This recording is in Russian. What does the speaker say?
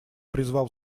призвал